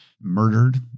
murdered